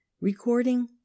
Recording